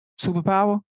Superpower